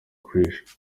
krish